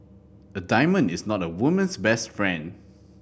a diamond is not a woman's best friend